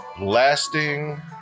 lasting